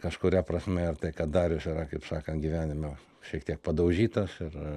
kažkuria prasme ir tai kad darius yra kaip sakant gyvenime šiek tiek padaužytas ir